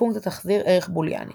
- הפונקציה תחזיר ערך בוליאני